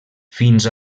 fins